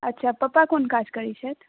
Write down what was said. अच्छा पप्पा कोन काज करैत छथि